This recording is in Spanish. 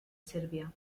serbia